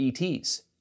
ETs